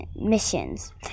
missions